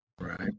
right